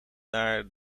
naar